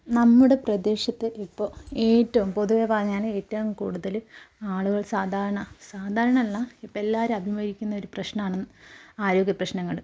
നമ്മുടെ പ്രദേശത്ത് ഇപ്പോൾ ഏറ്റവും പൊതുവേ പറഞ്ഞാൽ ഏറ്റവും കൂടുതൽ ആളുകൾ സാധാരണ സാധാരണ അല്ല ഇപ്പം എല്ലാവരും അഭിമുകീകരിക്കുന്ന ഒരു പ്രശ്നമാണ് ആരോഗ്യപ്രശ്നങ്ങൾ